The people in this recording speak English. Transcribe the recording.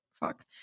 fuck